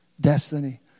Destiny